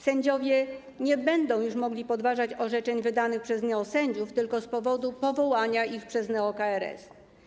Sędziowie nie będą już mogli podważać orzeczeń wydanych przez neosędziów tylko z powodu powołania ich przez neo-KRS.